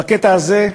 בקטע הזה,